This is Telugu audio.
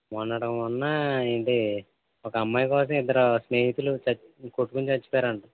మొన్నటికి మొన్న ఏంటి ఒక అమ్మాయి కోసం ఇద్దరు స్నేహితులు చచ్చి కొట్టుకుని చచ్చిపోయారంట